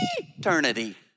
eternity